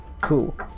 Cool